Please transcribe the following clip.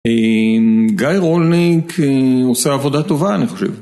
גיא רולניג עושה עבודה טובה אני חושב.